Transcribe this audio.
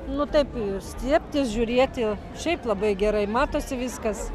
nu taip stiebtis žiūrėti šiaip labai gerai matosi viskas